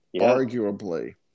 arguably